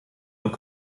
und